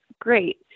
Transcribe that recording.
Great